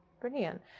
Brilliant